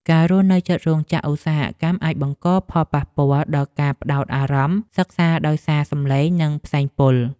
ការរស់នៅជិតរោងចក្រឧស្សាហកម្មអាចបង្កផលប៉ះពាល់ដល់ការផ្តោតអារម្មណ៍សិក្សាដោយសារសំឡេងនិងផ្សែងពុល។